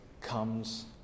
comes